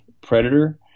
predator